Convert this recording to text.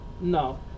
No